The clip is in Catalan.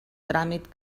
tràmit